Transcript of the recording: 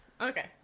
okay